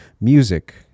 music